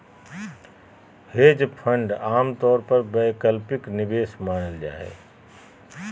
hedge fund आमतौर पर वैकल्पिक निवेश मानल जा हय